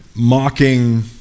mocking